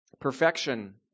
Perfection